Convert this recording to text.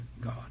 God